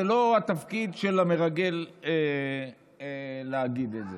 זה לא התפקיד של המרגל להגיד את זה,